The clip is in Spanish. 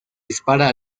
dispara